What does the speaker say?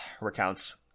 recounts